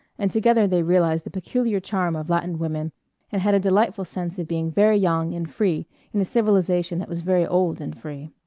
and together they realized the peculiar charm of latin women and had a delightful sense of being very young and free in a civilization that was very old and free.